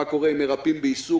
מה קורה עם מרפאים בעיסוק?